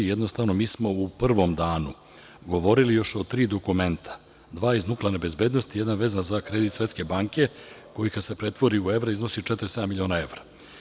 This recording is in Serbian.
Jednostavno, mi smo u prvom danu govorili o još tri dokumenta, dva iz nuklearne bezbednosti, jedan vezan za kredit Svetske banke koji kada se pretvori u evre iznosi 47 miliona evra.